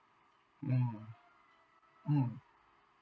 mm mm